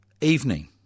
evening